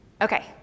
Okay